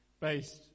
based